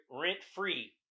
rent-free